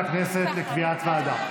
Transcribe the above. יעבור לוועדת הכנסת לקביעת ועדה.